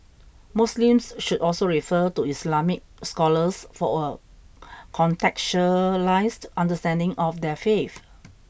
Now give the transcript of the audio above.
Muslims should also refer to Islamic scholars for a contextualised understanding of their faith